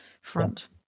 front